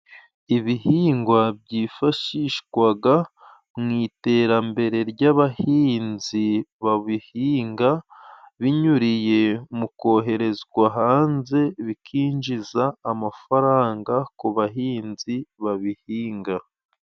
Ibihingwa byifashishwaga mu iterambere ry'abahinzi babihinga, binyuriye mu koherezwa hanze, bikinjiza amafaranga ku bahinzi babihinga.